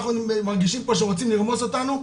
אנחנו מרגישים פה שרוצים לרמוס אותנו,